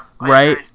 Right